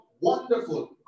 Wonderful